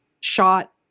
shot